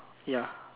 ya